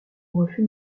refus